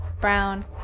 brown